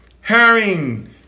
herring